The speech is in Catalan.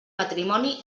matrimoni